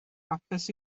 hapus